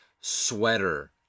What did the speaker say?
sweater